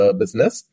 business